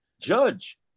judge